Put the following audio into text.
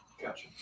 Gotcha